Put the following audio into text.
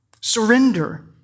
surrender